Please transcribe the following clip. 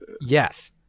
Yes